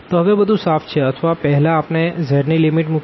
તો હવે બધું સાફ છે અથવા પેહલા આપણે z ની લીમીટ મુકીએ